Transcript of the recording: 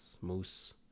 moose